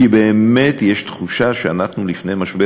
כי באמת יש תחושה שאנחנו לפני משבר,